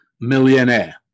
millionaire